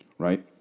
Right